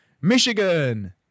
Michigan